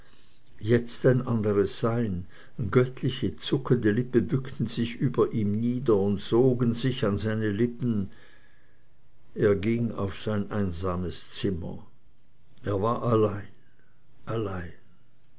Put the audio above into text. jetzt ein anderes sein göttliche zuckende lippen bückten sich über ihm nieder und sogen sich an seine lippen er ging auf sein einsames zimmer er war allein allein